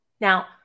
Now